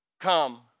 come